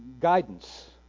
guidance